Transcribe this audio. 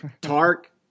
Tark